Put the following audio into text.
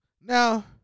Now